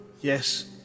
Yes